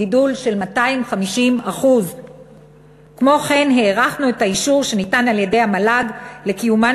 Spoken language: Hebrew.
גידול של 250%. כמו כן הארכנו את האישור שניתן על-ידי המל"ג לקיומן